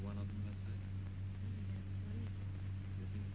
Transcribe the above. one of them